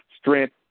strength